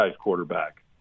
quarterback